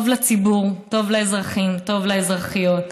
טוב לציבור, טוב לאזרחים, טוב לאזרחיות.